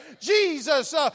Jesus